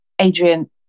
Adrian